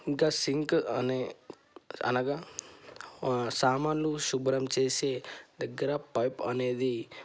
ఇంకా సింక్ అనే అనగా సామానులు శుభ్రం చేసే దగ్గర పైప్ అనేది